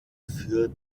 führte